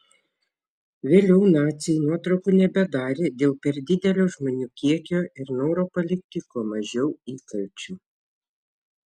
vėliau naciai nuotraukų nebedarė dėl per didelio žmonių kiekio ir noro palikti kuo mažiau įkalčių